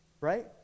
right